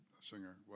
singer